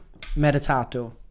meditato